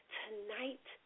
tonight